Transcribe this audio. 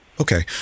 okay